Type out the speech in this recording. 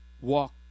walk